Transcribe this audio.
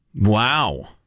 Wow